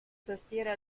tastiera